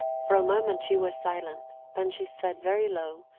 for a moment she was silent then she said very low,